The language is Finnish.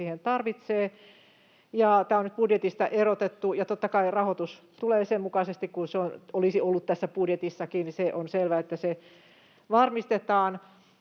siihen tarvitsee. Tämä on nyt budjetista erotettu. Ja, totta kai, rahoitus tulee sen mukaisesti, kuin se olisi ollut tässä budjetissakin. Se on selvää, että se varmistetaan.